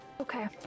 Okay